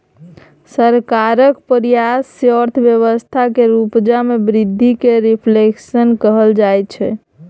सरकारक प्रयास सँ अर्थव्यवस्था केर उपजा मे बृद्धि केँ रिफ्लेशन कहल जाइ छै